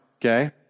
okay